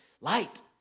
light